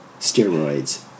steroids